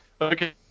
Okay